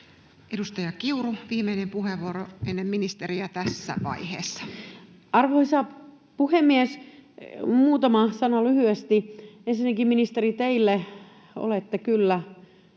Edustaja Kiuru, viimeinen puheenvuoro ennen ministeriä tässä vaiheessa. Arvoisa puhemies! Muutama sana lyhyesti. Ensinnäkin, ministeri, teille: Olette kyllä